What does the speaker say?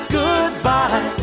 goodbye